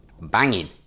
banging